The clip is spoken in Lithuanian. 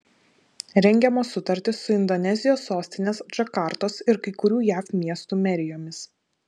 rengiamos sutartys su indonezijos sostinės džakartos ir kai kurių jav miestų merijomis